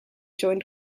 joined